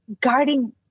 guarding